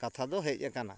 ᱠᱟᱛᱷᱟ ᱫᱚ ᱦᱮᱡ ᱟᱠᱟᱱᱟ